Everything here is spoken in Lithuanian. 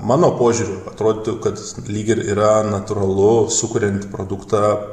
mano požiūriu atrodytų kad lyg ir yra natūralu sukuriant produktą